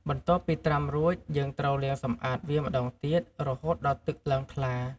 បន្ទាប់ពីត្រាំរួច យើងត្រូវលាងសម្អាតវាម្ដងទៀត រហូតដល់ទឹកឡើងថ្លា។